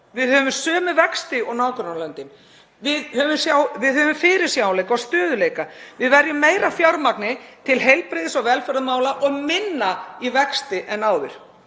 Við höfum sömu vexti og nágrannalöndin. Við höfum fyrirsjáanleika og stöðugleika. Við verjum meira fjármagni til heilbrigðis- og velferðarmála og minna í vexti en áður.